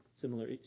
similar